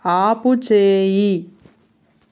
ఆపుచేయి